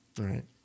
Right